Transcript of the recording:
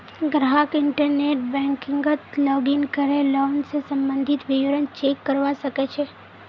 ग्राहक इंटरनेट बैंकिंगत लॉगिन करे लोन स सम्बंधित विवरण चेक करवा सके छै